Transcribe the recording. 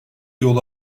yolu